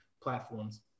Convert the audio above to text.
platforms